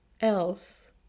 else